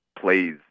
plays